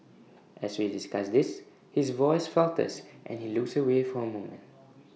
as we discuss this his voice falters and he looks away for A moment